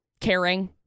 caring